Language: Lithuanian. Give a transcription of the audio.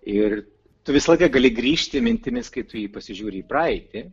ir tu visą laiką gali grįžti mintimis kai tu jį pasižiūri į praeitį